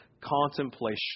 contemplation